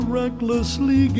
recklessly